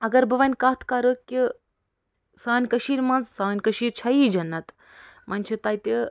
اَگر بہٕ ؤنۍ کَتھ کَرٕ کہ سانہِ کٔشیٖرِ منٛز سانہِ کٔشیٖرِ چھےٚ یی جنت ؤنۍ چھِ تَتہِ